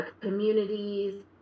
communities